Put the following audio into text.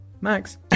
Max